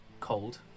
cold